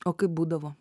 o kaip būdavo